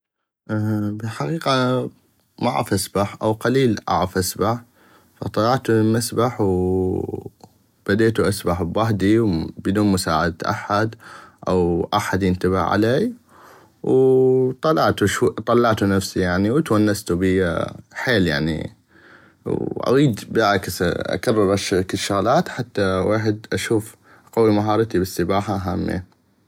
الحقيقة انا معغف اسبح او قليل اعغف اسبح وطلعتو للمسبح ووو وبديتو اسبح وحدي بدون مساعدة احد او احد ينتبه علي وو وطلعتو شوي وطلَعتو نفسي وتونستو بيها حييل يعني واغيد بل العكس اكرر هشكل شغلات حتى ويحد اشوف اقوي مهارتي بل السباحة همين.